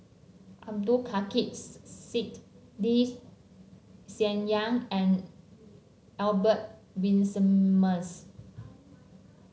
Abdul Kadir Syed Lee Xian Yang and Albert Winsemius